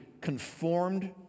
conformed